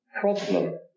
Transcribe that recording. problem